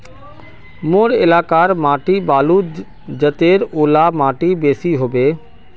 मोर एलाकार माटी बालू जतेर ओ ला माटित की बेसी हबे?